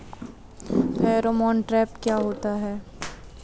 Pheromone trap क्या होता है?